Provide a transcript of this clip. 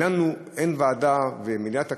אין ועדה, ומליאת הכנסת,